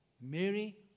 Mary